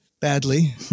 badly